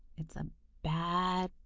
it's a bad,